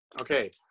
Okay